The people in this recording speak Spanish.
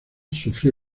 sufrió